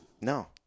No